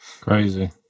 Crazy